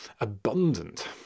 abundant